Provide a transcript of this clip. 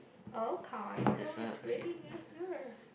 okay so is really near here